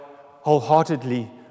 wholeheartedly